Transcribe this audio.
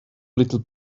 little